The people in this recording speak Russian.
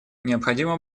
необходимо